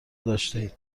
داشتهاید